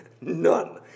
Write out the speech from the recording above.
None